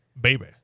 Baby